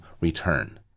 return